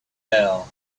now